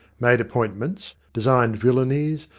made appointments, designed villainies,